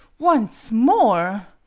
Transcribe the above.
once more!